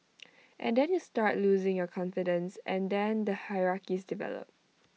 and then you start losing your confidence and then the hierarchies develop